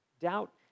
Doubt